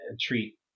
treat